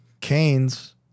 Canes